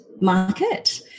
market